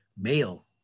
male